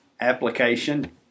application